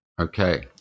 Okay